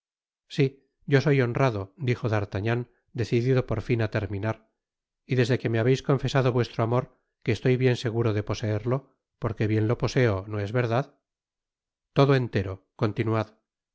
si yo soy honrado dijo d'artagnan decidido por fin á terminar y desde que me habeis confesado vuestro amor que estoy bien seguro de poseerlo porque bien lo poseo no es verdad todo entero continuad